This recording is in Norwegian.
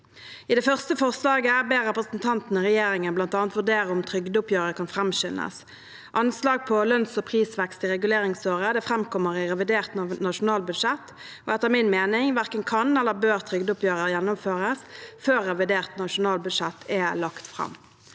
I det første forslaget ber representantene regjeringen bl.a. vurdere om trygdeoppgjøret kan framskyndes. Anslag på lønns- og prisvekst i reguleringsåret framkommer i revidert nasjonalbudsjett. Etter min mening verken kan eller bør trygdeoppgjøret gjennomføres før revidert nasjonalbudsjett er lagt fram.